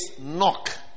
knock